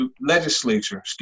legislature